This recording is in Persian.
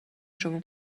شما